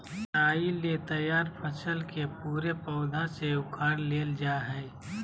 कटाई ले तैयार फसल के पूरे पौधा से उखाड़ लेल जाय हइ